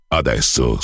adesso